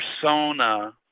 persona